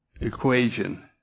equation